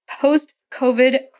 post-COVID